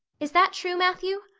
is that true, matthew?